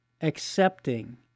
accepting